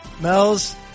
Mel's